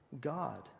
God